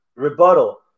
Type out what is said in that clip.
rebuttal